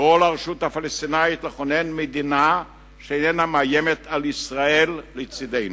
לקרוא לרשות הפלסטינית לכונן מדינה שאיננה מאיימת על ישראל לצדנו.